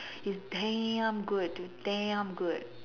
it's damn good dude damn good